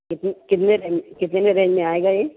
کتنے کتنے ریم کتنے ریم میں آئے گا یہ